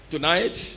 Tonight